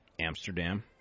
Amsterdam